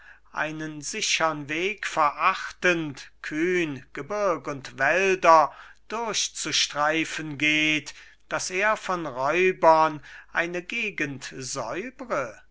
einen sichern weg verachtend kühn gebirg und wälder durchzustreifen geht daß er von räubern eine gegend